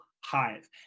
hive